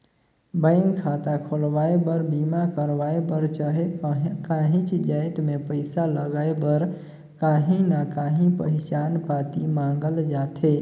bank खाता खोलवाए बर, बीमा करवाए बर चहे काहींच जाएत में पइसा लगाए बर काहीं ना काहीं पहिचान पाती मांगल जाथे